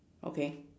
okay